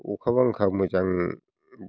अखा बांखा मोजां